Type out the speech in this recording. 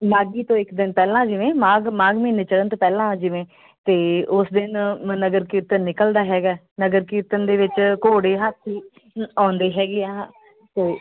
ਮਾਘੀ ਤੋਂ ਇੱਕ ਦਿਨ ਪਹਿਲਾਂ ਜਿਵੇਂ ਮਾਘ ਮਾਘ ਮਹੀਨੇ ਚੜ੍ਹਨ ਤੋਂ ਪਹਿਲਾਂ ਜਿਵੇਂ ਅਤੇ ਉਸ ਦਿਨ ਮ ਨਗਰ ਕੀਰਤਨ ਨਿਕਲਦਾ ਹੈਗਾ ਨਗਰ ਕੀਰਤਨ ਦੇ ਵਿੱਚ ਘੋੜੇ ਹਾਥੀ ਆਉਂਦੇ ਹੈਗੇ ਆ ਤੋ